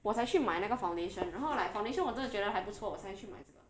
我才去买那个 foundation 然后 like foundation 我真的觉得还不错我才去买这个